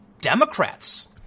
Democrats